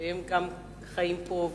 שגם חיים פה,